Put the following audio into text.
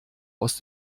aus